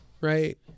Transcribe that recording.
right